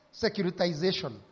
securitization